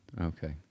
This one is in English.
Okay